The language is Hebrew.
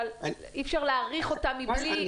אי אפשר להאריך אותה מבלי שתוגש הצעות חוק.